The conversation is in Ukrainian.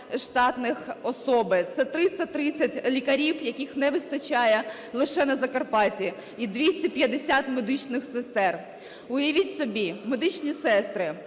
штатних осіб, це 330 лікарів, яких не вистачає лише на Закарпатті, і 250 медичних сестер. Уявіть собі, медичні сестри